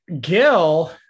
Gil